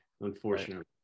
unfortunately